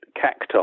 cacti